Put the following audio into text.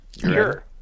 Sure